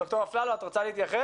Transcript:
ד"ר אפללו, את רוצה להתייחס?